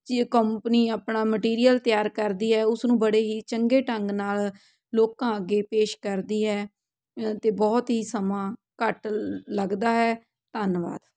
ਜੀ ਕੋਂਪਨੀ ਆਪਣਾ ਮਟੀਰੀਅਲ ਤਿਆਰ ਕਰਦੀ ਹੈ ਉਸ ਨੂੰ ਬੜੇ ਹੀ ਚੰਗੇ ਢੰਗ ਨਾਲ ਲੋਕਾਂ ਅੱਗੇ ਪੇਸ਼ ਕਰਦੀ ਹੈ ਅਤੇ ਬਹੁਤ ਹੀ ਸਮਾਂ ਘੱਟ ਲੱਗਦਾ ਹੈ ਧੰਨਵਾਦ